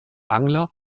angler